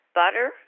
butter